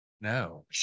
No